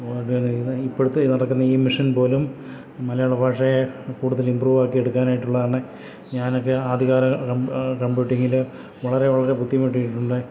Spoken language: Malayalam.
അതപോലെ ഇപ്പഴത്തെ നടക്കുന്ന ഈ മിഷൻ പോലും മലയാള ഭാഷയെ കൂട്തല് ഇമ്പ്രൂവ് ആക്കിയെടുക്കാനായിട്ടുള്ളത് ആണ് ഞാനൊക്കെ ആദ്യകാല കമ്പ്യൂട്ടിങ്ങില് വളരെ വളരെ ബുദ്ധിമുട്ടിയിരുന്നു